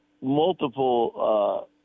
multiple